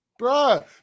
Bruh